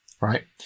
right